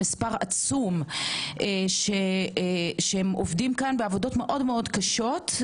מספר עצום שהם עובדים כאן בעבודות מאוד קשות.